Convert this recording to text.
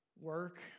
work